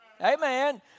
Amen